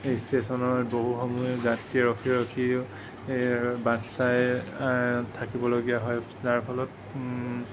সেই ষ্টেশ্যনত বহু সময়ত যাত্ৰী ৰখি ৰখি বাট চাই থাকিবলগীয়া হয় যাৰ ফলত